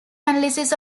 analysis